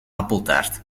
appeltaart